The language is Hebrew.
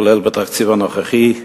כולל בתקציב הנוכחי.